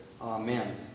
Amen